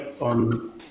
on